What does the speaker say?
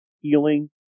healing